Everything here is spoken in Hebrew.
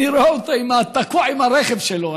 אני רואה אותו תקוע עם הרכב שלו,